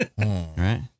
Right